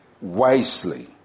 wisely